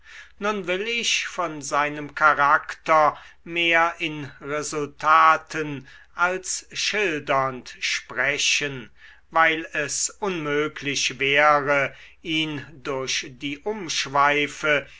nun will ich von seinem charakter mehr in resultaten als schildernd sprechen weil es unmöglich wäre ihn durch die umschweife